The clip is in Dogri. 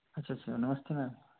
अच्छा अच्छा नमस्ते मैंम हां जी